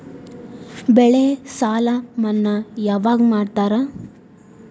ಬೆಳೆ ಸಾಲ ಮನ್ನಾ ಯಾವಾಗ್ ಮಾಡ್ತಾರಾ?